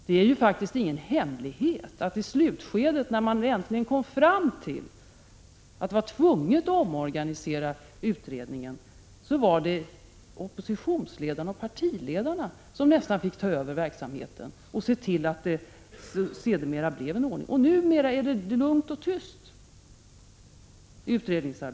Det är faktiskt ingen hemlighet att i slutskedet, när man äntligen kom fram till att det var nödvändigt att omorganisera utredningen, var det oppositionsledarna och partiledarna som nästan fick ta över verksamheten och se till, att det sedermera blev en bättre ordning. Numera är det lugnt och tyst i utredningen.